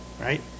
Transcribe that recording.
right